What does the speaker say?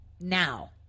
now